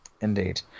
indeed